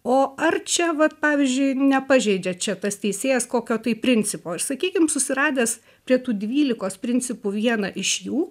o ar čia vat pavyzdžiui nepažeidžia čia tas teisėjas kokio tai principo ir sakykim susiradęs prie tų dvylikos principų vieną iš jų